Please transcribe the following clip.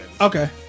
Okay